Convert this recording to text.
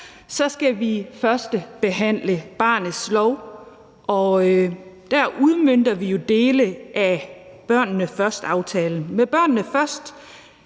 – skal vi førstebehandle barnets lov, og der udmønter vi jo dele af »Børnene Først«-aftalen. Med »Børnene Først«